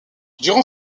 durant